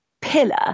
pillar